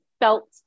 felt